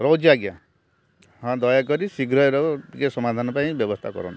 ରହୁଛି ଆଜ୍ଞା ହଁ ଦୟାକରି ଶୀଘ୍ର ଟିକେ ସମାଧାନ ପାଇଁ ବ୍ୟବସ୍ଥା କରନ୍ତୁ